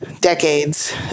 decades